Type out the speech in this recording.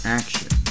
action